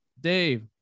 Dave